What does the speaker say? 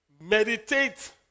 meditate